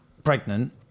Pregnant